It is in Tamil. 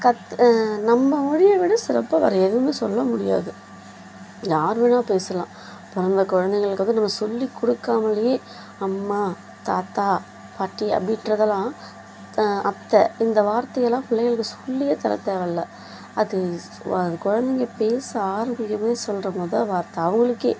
கத் நம்ம மொழியைவிட சிறப்பாக வேற எதுவுமே சொல்லமுடியாது யார் வேணுணா பேசலாம் பிறந்த குழந்தைங்களுக்கு வந்து நம்ம சொல்லிக் கொடுக்காமலயே அம்மா தாத்தா பாட்டி அப்படீன்றதலாம் அத்தை இந்த வார்த்தையெல்லாம் பிள்ளைகளுக்கு சொல்லியே தரத் தேவயில்ல அது வ குழந்தைங்க பேச ஆரம்பிக்கும்போதே சொல்கிற முதல் வார்த்தை அவங்களுக்கே